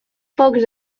pocs